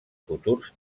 futurs